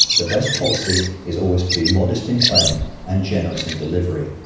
the best policy is always to be modest in claim and generous in delivery.